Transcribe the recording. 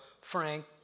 Frank